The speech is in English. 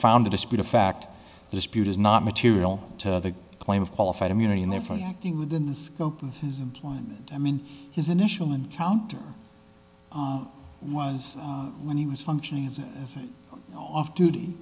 found a dispute a fact dispute is not material to the claim of qualified immunity and therefore you acting within the scope of his employment i mean his initial encounter was when he was functioning as an off duty